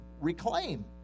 reclaim